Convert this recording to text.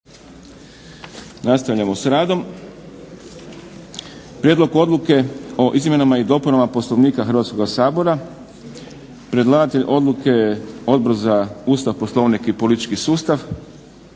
Nastavljamo s radom. - Prijedlog odluke o izmjenama i dopunama Poslovnika Hrvatskog sabora Predlagatelj odluke Odbor za Ustav, Poslovnik i politički sustav.